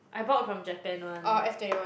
I bought from Japan [one]